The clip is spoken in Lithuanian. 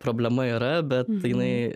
problema yra bet jinai